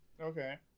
okay